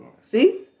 See